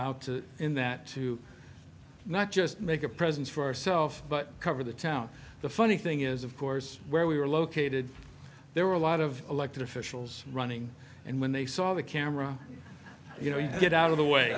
out in that to not just make a present for ourselves but cover the town the funny thing is of course where we were located there were a lot of elected officials running and when they saw the camera you know get out of the way